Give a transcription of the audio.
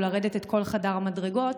או לרדת את כל חדר המדרגות,